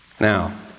Now